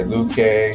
Luque